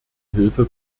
hilfe